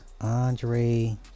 Andre